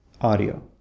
audio